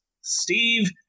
Steve